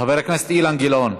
חבר הכנסת אילן גילאון,